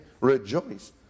Rejoice